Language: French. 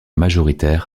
majoritaire